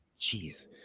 Jeez